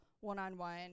one-on-one